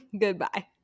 Goodbye